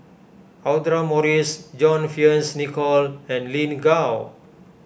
Audra Morrice John Fearns Nicoll and Lin Gao